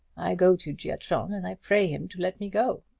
i go to giatron and i pray him to let me go.